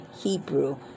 Hebrew